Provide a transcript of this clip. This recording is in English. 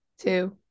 two